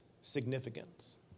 significance